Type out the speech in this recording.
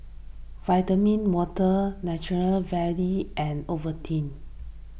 Vitamin Water Natural Valley and Ovaltine